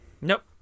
Nope